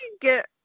get